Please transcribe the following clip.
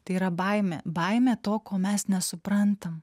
tai yra baimė baimė to ko mes nesuprantam